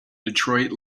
detroit